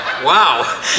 Wow